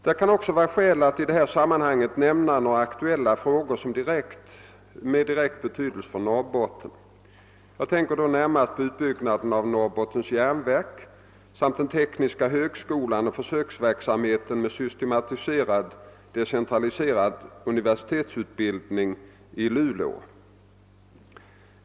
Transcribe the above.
Det kan också vara skäl att i detta sammanhang nämna några aktuella frågor som har direkt betydelse för Norr: botten. Jag tänker närmast på utbyggnaden av Norrbottens järnverk samt den tekniska högskolan och försöksverksamheten med systematiserad decentraliserad universitetsutbildning i Luleå.